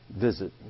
visit